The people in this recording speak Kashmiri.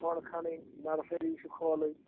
کھۄڈ کھنٕنۍ نَرسٔری چھِ کھولٕنۍ